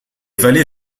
vallées